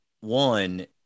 one